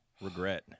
Regret